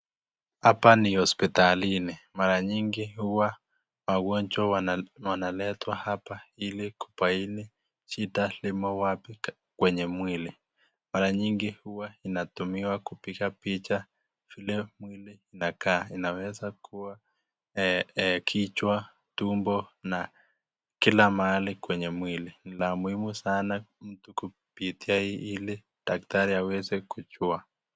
Hapa ni hospitalini mara mingi huwa wagonjwa wanaletwa hapa ili kubaini shida limo wapi kwenye mwili. Mara mingi huwa inatumiwa kupiga picha vile mwili inakaa inaweza kuwa kichwa, tumbo na kila mahali kwenye mwili ni la muhimu sana mtu kupitia ili daktari aweze kujua.